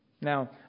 Now